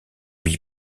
lui